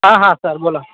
हां हां सर बोला